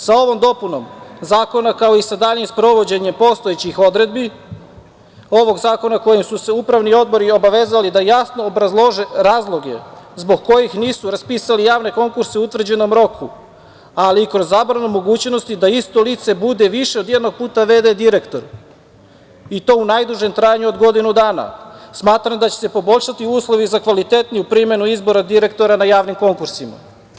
Sa ovom dopunom zakona, kao i sa daljim sprovođenjem postojećih odredbi ovog zakona kojim su se upravni odbori obavezali da jasno obrazlože razloge zbog kojih nisu raspisali javne konkurse u utvrđenom roku, ali i kroz zabranu mogućnosti da isto lice bude više od jednog puta VD direktor i to u najdužem trajanju od godinu dana, smatram da će se poboljšati uslovi za kvalitetnu primenu izbora direktora na javnim konkursima.